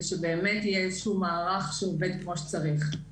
שבאמת יהיה איזשהו מערך שעובד כמו שצריך.